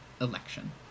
election